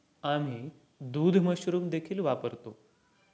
आम्ही दूध मशरूम देखील वापरतो